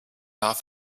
off